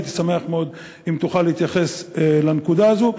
הייתי שמח מאוד אם תוכל להתייחס לנקודה הזאת.